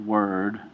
Word